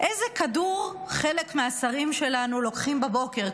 איזה כדור חלק מהשרים שלנו לוקחים בבוקר,